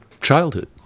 childhood